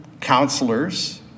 counselors